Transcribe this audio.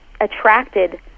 attracted